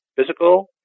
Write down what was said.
physical